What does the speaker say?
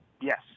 Yes